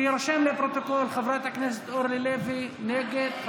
יירשם לפרוטוקול: חברת הכנסת אורלי לוי, נגד?